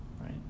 right